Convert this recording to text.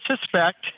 suspect